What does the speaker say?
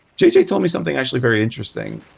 jj told me something actually very interesting.